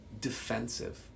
defensive